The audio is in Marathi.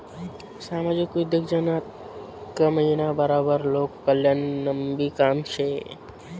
सामाजिक उद्योगजगतनं कमाईना बराबर लोककल्याणनंबी काम शे